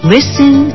Listen